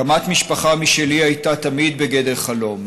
הקמת משפחה משלי הייתה תמיד בגדר חלום,